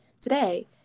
today